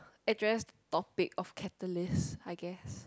address the topic of catalyst I guess